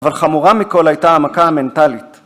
אבל חמורה מכל הייתה המכה המנטלית.